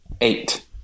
Eight